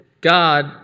God